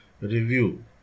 review